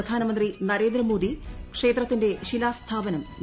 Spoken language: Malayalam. പ്രധാനമന്ത്രി നരേന്ദ്ര മോദി ക്ഷേത്രത്തിന്റെ ശിലാസ്ഥാപനം നിർവഹിച്ചു